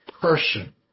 person